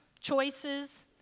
choices